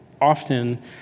Often